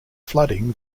flooding